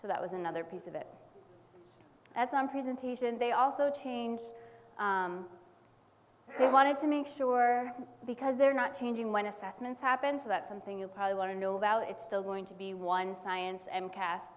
so that was another piece of it as one presentation they also changed they wanted to make sure because they're not changing when assessments happen for that something you'll probably want to know about it's still going to be one science and cast